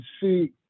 see